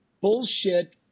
bullshit